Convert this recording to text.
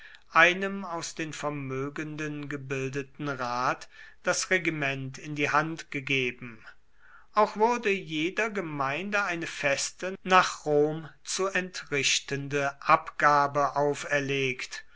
einem aus den vermögenden gebildeten rat das regiment in die hand gegeben auch wurde jeder gemeinde eine feste nach rom zu entrichtende abgabe auferlegt